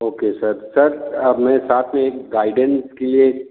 okay sir sir अब मैं साथ में एक गाइडेन्स के लिए